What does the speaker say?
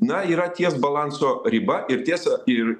na yra ties balanso riba ir tiesą ir